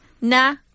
na